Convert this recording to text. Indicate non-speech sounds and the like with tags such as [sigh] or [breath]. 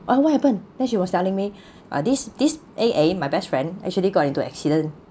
well what happen then she was telling me [breath] ah this this A A my best friend actually got into accident